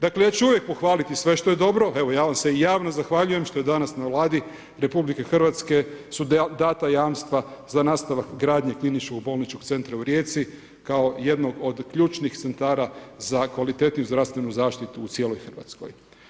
Dakle, ja ću uvijek pohvaliti sve što je dobro, evo ja vam se i javno zahvaljujem što je danas na Vladi RH su dana jamstva za nastavak gradnje KBC-a u Rijeci kao jednog od ključnih centara za kvalitetniju zdravstvenu zaštitu u cijeloj Hrvatskoj.